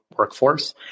workforce